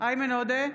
איימן עודה,